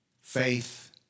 Faith